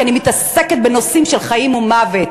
כי אני מתעסקת בנושאים של חיים ומוות.